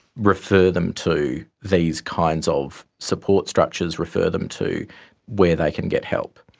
refer them to these kinds of support structures, refer them to where they can get help.